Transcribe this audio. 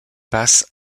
passe